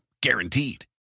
Guaranteed